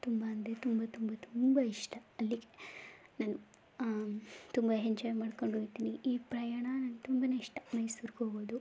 ತುಂಬ ಅಂದರೆ ತುಂಬ ತುಂಬ ತುಂಬ ಇಷ್ಟ ಅಲ್ಲಿಗೆ ನಾನು ತುಂಬ ಹೆಂಜಾಯ್ ಮಾಡ್ಕೊಂಡು ಹೋಗ್ತೀನಿ ಈ ಪ್ರಯಾಣ ನನ್ಗೆ ತುಂಬನೇ ಇಷ್ಟ ಮೈಸೂರಿಗೆ ಹೋಗೋದು